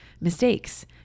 mistakes